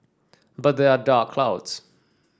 but there are dark clouds